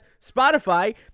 Spotify